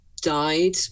died